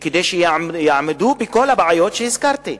כדי שיעמדו בכל הבעיות שהזכרתי.